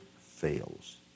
fails